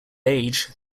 age